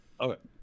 Okay